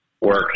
work